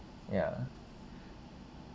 ya